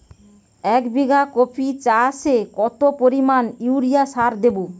এক বিঘা কপি চাষে কত পরিমাণ ইউরিয়া সার দেবো?